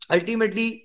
Ultimately